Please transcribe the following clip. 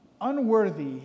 unworthy